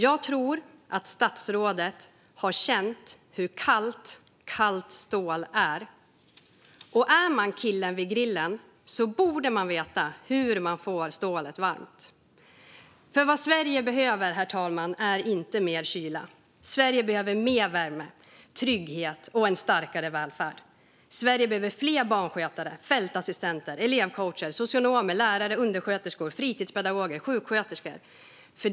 Jag tror att statsrådet har känt hur kallt kallt stål är, men om man är killen vid grillen borde man veta hur man får stålet varmt. Vad Sverige behöver, herr talman, är inte mer kyla. Sverige behöver mer värme, trygghet och en starkare välfärd. Sverige behöver fler barnskötare, fältassistenter, elevcoacher, socionomer, lärare, undersköterskor, fritidspedagoger och sjuksköterskor.